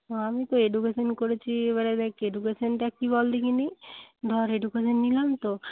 আমি তো এডুকেশন করেছি এবারে দেখ এডুকেশনটা কি বল দেখি ধর এডুকেশন নিলাম তো